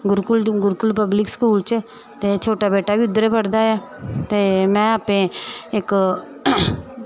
गुरूकुल Gurukul public school च ते छोटा बेटा बी उद्धर पढ़दा ऐ ते में आपें इक्क